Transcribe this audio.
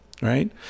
Right